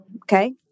Okay